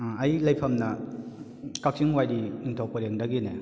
ꯑꯩꯒꯤ ꯂꯩꯐꯝꯅ ꯀꯛꯆꯤꯡ ꯋꯥꯏꯔꯤ ꯅꯤꯡꯊꯧ ꯄꯔꯦꯡꯗꯒꯤꯅꯦ